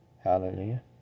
Hallelujah